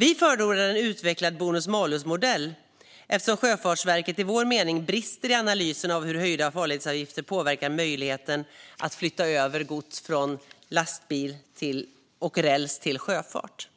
Vi förordar en utvecklad bonus malus-modell, eftersom Sjöfartsverket enligt vår mening brister i analysen av hur höjda farledsavgifter påverkar möjligheten att flytta över gods från lastbil och räls till sjöfart.